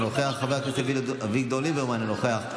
אינו נוכח,